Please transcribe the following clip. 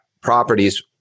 properties